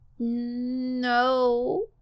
No